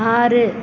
ஆறு